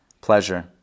Pleasure